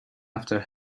after